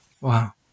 Wow